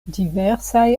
diversaj